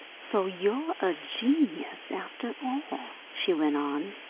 so you're a genius, after all, she went on.